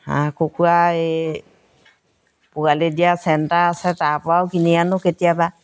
হাঁহ কুকুৰা এই পোৱালি দিয়া চেণ্টাৰ আছে তাৰপৰাও কিনি আনো কেতিয়াবা